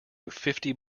fifty